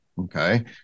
okay